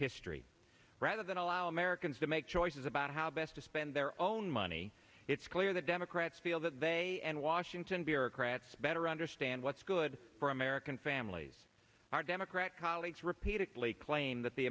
history rather than allow americans to make choices about how best to spend their own money it's clear that democrats feel that they and washington bureaucrats better understand what's good for american families are democrat colleagues repeatedly claim that the